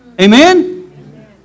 Amen